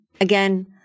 again